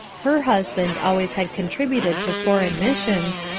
her husband always had contributed to foreign missions,